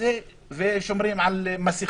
שומרים על מסיכות,